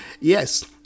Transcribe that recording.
Yes